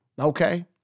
okay